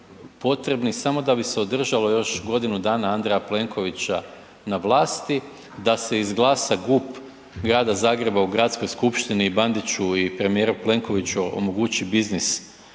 potrebni samo da bi se održalo još godinu dana Andreja Plenkovića na vlasti, da se izglada GUP Grada Zagreba u Gradskoj skupštini i Bandiću i premijeru Plenkoviću omogući biznis